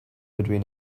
between